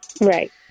Right